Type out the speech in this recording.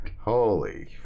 Holy